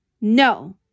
No